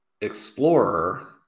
explorer